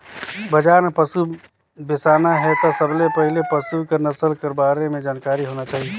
बजार में पसु बेसाना हे त सबले पहिले पसु कर नसल कर बारे में जानकारी होना चाही